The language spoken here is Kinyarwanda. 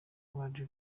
awards